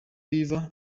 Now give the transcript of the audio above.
iva